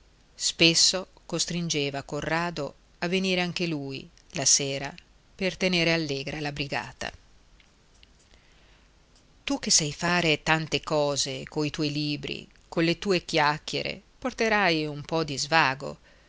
spesso costringeva corrado a venire anche lui la sera per tenere allegra la brigata tu che sai fare tante cose coi tuoi libri colle tue chiacchiere porterai un po di svago